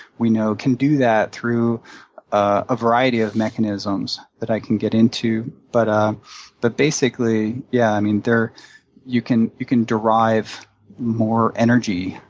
we know can do that through a variety of mechanisms that i can get into. but ah but basically, yeah, i mean, you can you can derive more energy